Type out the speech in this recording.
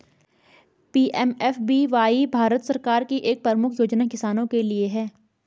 PMFBY Bharat सरकार की एक प्रमुख योजना किसानों के लिए है